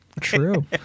true